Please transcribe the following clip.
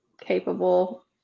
capable